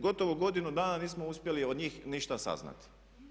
Gotovo godinu dana nismo uspjeli od njih ništa saznati.